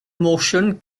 motion